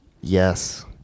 yes